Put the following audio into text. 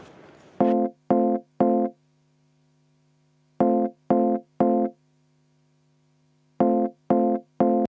Kõik,